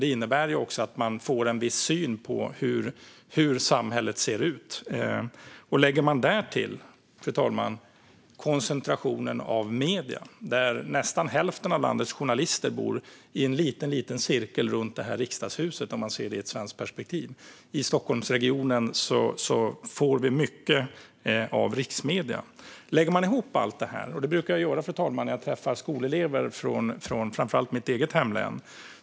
Det innebär att de får en viss syn på hur samhället ser ut. Lägg därtill koncentrationen av medierna. Nästan hälften av landets journalister bor i en liten cirkel runt Riksdagshuset - om man ser det ur ett svenskt perspektiv. I Stockholmsregionen finns alltså mycket av riksmedierna. Man kan lägga ihop allt det här. Och det brukar jag göra, fru talman, när jag träffar skolelever framför allt från mitt hemlän.